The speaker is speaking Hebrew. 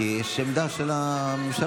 כי יש עמדה של הממשלה.